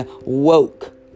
woke